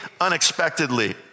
unexpectedly